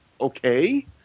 okay